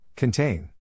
contain